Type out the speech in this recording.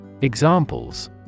Examples